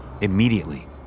Immediately